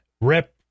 Rep